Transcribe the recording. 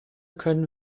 können